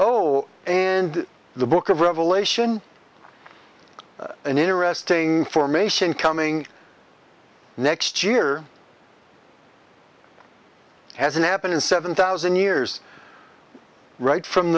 oh and the book of revelation an interesting formation coming next year hasn't happened in seven thousand years right